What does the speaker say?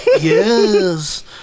Yes